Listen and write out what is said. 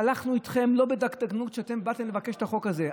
הלכנו איתכם לא בדקדקנות כשבאתם לבקש את החוק הזה.